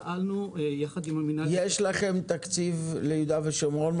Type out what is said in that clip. פעלנו יחד עם המינהל --- יש לכם תקציב ליהודה שומרון,